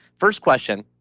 first question,